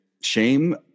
shame